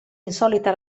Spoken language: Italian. insolita